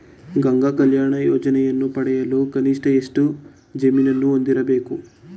ಗಂಗಾ ಕಲ್ಯಾಣ ಯೋಜನೆಯನ್ನು ಪಡೆಯಲು ಕನಿಷ್ಠ ಎಷ್ಟು ಜಮೀನನ್ನು ಹೊಂದಿರಬೇಕು?